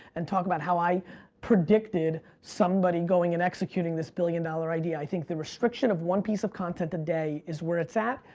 and talk about i predicted somebody going and executing this billion-dollar idea. i think the restriction of one piece of content a day is where it's at,